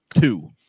two